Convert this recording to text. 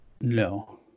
No